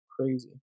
Crazy